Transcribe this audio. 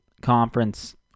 Conference